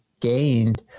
gained